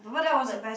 ya but